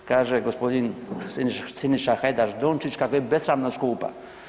Kaže gospodin Siniša Hajdaš Dončić kako je besramno skupa.